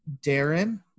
Darren